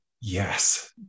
yes